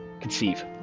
conceive